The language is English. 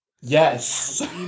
Yes